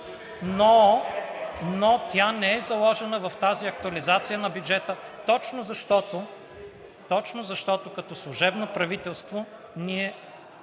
но тя не е заложена в тази актуализация на бюджета точно защото като служебно правителство ние